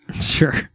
Sure